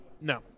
No